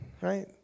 right